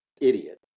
idiot